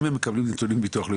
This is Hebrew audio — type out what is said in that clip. אם הם מקבלים נתונים מביטוח לאומי,